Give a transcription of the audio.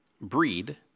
breed